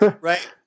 Right